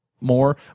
more